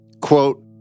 Quote